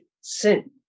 sin